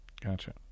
Gotcha